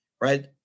right